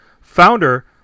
founder